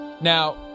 Now